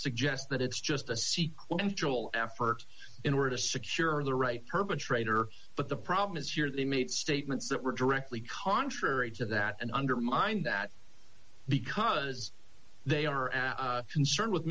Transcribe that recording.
suggest that it's just a sequel and joel effort in order to secure the right perpetrator but the problem is here they made statements that were directly contrary to that and undermined that because they are concerned with